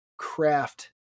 craft